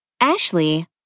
Ashley